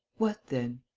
what then?